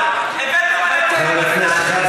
הילדים שצריכים